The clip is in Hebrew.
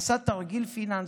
עשה תרגיל פיננסי.